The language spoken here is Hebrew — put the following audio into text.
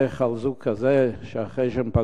איך זוג כזה, שאחרי שהם פגעו,